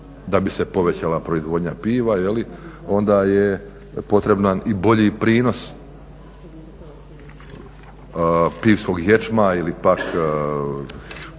da bi se povećala proizvodnja piva, onda je potreban i bolji prinos pivskog ječma ili pak